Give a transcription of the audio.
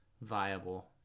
viable